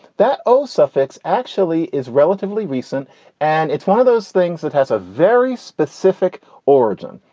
that o suffix actually is relatively recent and it's one of those things that has a very specific origin.